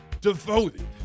devoted